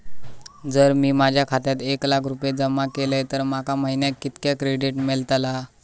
जर मी माझ्या खात्यात एक लाख रुपये जमा केलय तर माका महिन्याक कितक्या क्रेडिट मेलतला?